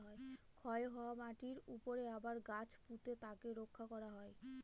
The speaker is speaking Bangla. ক্ষয় হওয়া মাটিরর উপরে আবার গাছ পুঁতে তাকে রক্ষা করা হয়